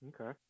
Okay